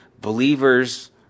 believers